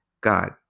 God